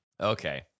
Okay